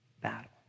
battle